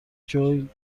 جویی